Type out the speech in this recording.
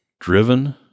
driven